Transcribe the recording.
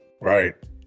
Right